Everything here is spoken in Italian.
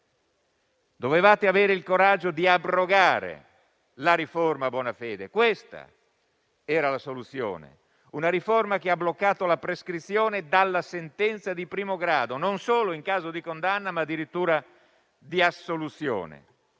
Dovevate avere il coraggio di abrogare la riforma Bonafede. Questa era la soluzione. Quella riforma ha bloccato la prescrizione dalla sentenza di primo grado non solo in caso di condanna, ma addirittura di assoluzione.